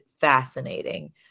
fascinating